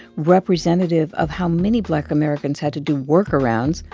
representative of how many black americans had to do workarounds,